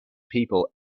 people